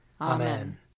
Amen